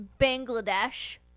Bangladesh